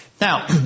Now